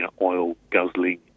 oil-guzzling